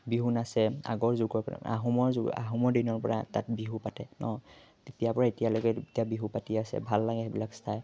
বিহু নাচে আগৰ যুগৰ পৰা আহোমৰ যুগ আহোমৰ দিনৰ পৰা তাত বিহু পাতে নহ্ তেতিয়াৰ পৰা এতিয়ালৈকে তেতিয়া বিহু পাতি আছে ভাল লাগে সেইবিলাক চাই